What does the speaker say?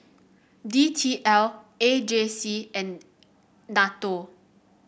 D T L A J C and NATO